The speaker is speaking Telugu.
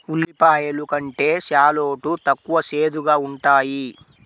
ఉల్లిపాయలు కంటే షాలోట్ తక్కువ చేదుగా ఉంటాయి